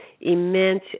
immense